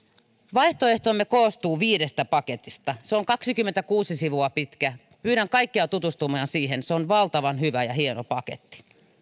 vaihtoehtomme koostuu viidestä paketista se on kaksikymmentäkuusi sivua pitkä pyydän kaikkia tutustumaan siihen se on valtavan hyvä ja hieno paketti